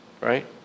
right